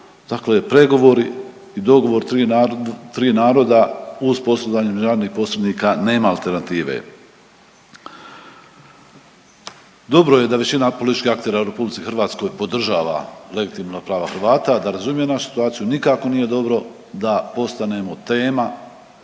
Dakle, pregovori i dogovor tri naroda uz posredovanje …/Govornik se ne razumije./… posrednika nema alternative. Dobro je da većina političkih aktera u RH podržava legitimna prva Hrvata, da razumije našu situaciju. Nikako nije dobro da postanemo tema